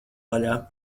vaļā